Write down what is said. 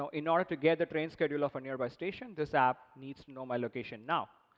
so in order to get the train schedule of a nearby station, this app needs to know my location now.